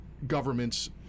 government's